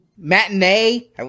matinee